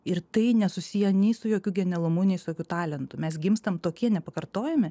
ir tai nesusiję nei su jokiu genialumu nei su jokiu talentu mes gimstam tokie nepakartojami